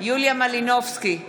יוליה מלינובסקי קונין,